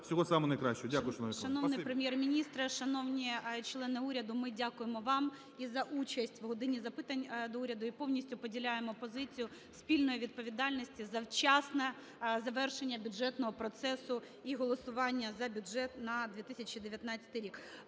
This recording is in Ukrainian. самого найкращого. Дякую, шановні